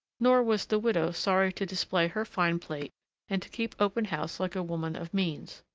nor was the widow sorry to display her fine plate and to keep open house like a woman of means.